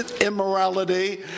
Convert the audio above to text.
immorality